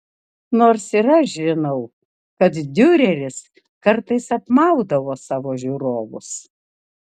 nors ir aš žinau kad diureris kartais apmaudavo savo žiūrovus